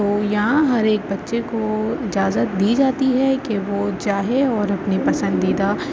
تو یہاں ہر ایک بچے کو اجازت دی جاتی ہے کہ وہ چاہے اور اپنی پسندیدہ